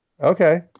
Okay